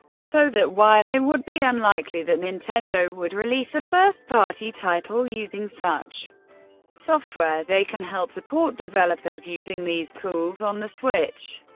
so that while it would be unlikely that nintendo would release a first-party title using such software, they can help support developers using these tools on the switch.